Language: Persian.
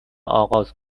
آغاز